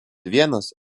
vienas